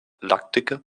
lackdicke